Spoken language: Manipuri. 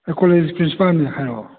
ꯑꯩ ꯀꯣꯂꯦꯖ ꯄ꯭ꯔꯤꯟꯁꯤꯄꯥꯜꯅꯤ ꯍꯥꯏꯔꯛꯑꯣ